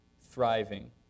thriving